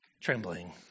trembling